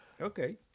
Okay